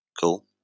cool